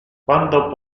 quando